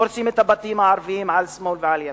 הורסים את הבתים הערביים על שמאל ועל ימין,